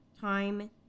time